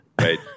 Right